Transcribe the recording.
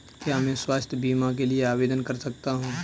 क्या मैं स्वास्थ्य बीमा के लिए आवेदन कर सकता हूँ?